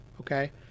okay